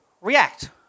react